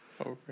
Okay